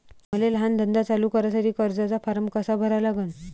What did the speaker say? मले लहान धंदा चालू करासाठी कर्जाचा फारम कसा भरा लागन?